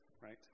right